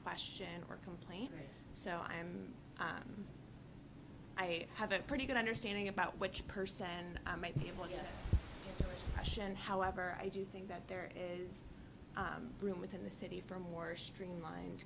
question or complaint so i'm i have a pretty good understanding about which person and i might be able to push and however i do think that there is room within the city for a more streamlined